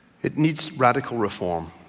it needs radical reform.